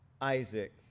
Isaac